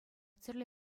тӗрлӗ